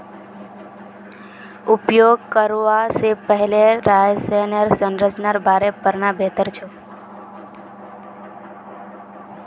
उपयोग करवा स पहले रसायनेर संरचनार बारे पढ़ना बेहतर छोक